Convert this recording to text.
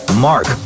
mark